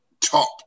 top